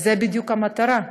אז זו בדיוק המטרה,